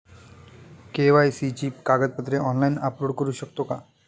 KYC ची कागदपत्रे online upload करू शकतो का?